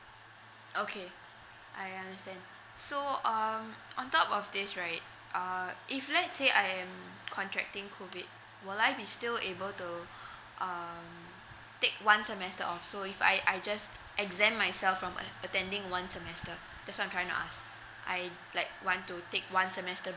okay I understand so um on top of this right uh if let's say I am contracting COVID will I be still able to um take one semester off so if I I just exempt myself from uh attending one semester that's what I'm trying to ask I like want to take one semester